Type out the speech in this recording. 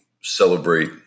celebrate